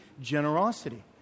generosity